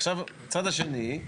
עכשיו, הצד השני,